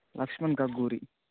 Laxman Kagguri